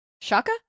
Shaka